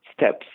steps